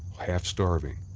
half-starving,